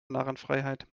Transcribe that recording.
narrenfreiheit